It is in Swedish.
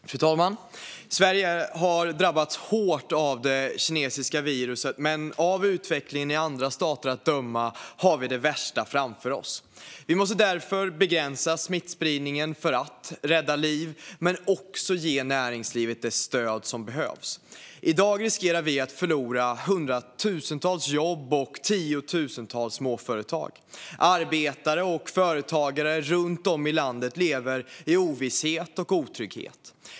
Fru talman! Sverige har drabbats hårt av det kinesiska viruset, men av utvecklingen i andra stater att döma har vi det värsta framför oss. Vi måste därför begränsa smittspridningen för att rädda liv men också ge näringslivet det stöd som behövs. I dag riskerar vi att förlora hundratusentals jobb och tiotusentals småföretag. Arbetare och företagare runt om i landet lever i ovisshet och otrygghet.